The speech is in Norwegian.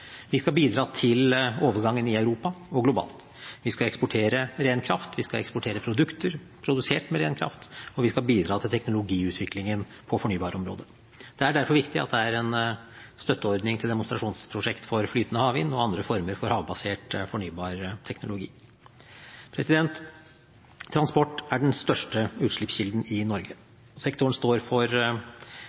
Vi skal bidra til overgangen i Europa og globalt. Vi skal eksportere ren kraft, vi skal eksportere produkter produsert med ren kraft, og vi skal bidra til teknologiutviklingen på fornybarområdet. Det er derfor viktig at det er en støtteordning for demonstrasjonsprosjekter for flytende havvind og andre former for havbasert fornybar teknologi. Transport er den største utslippskilden i Norge. Sektoren står for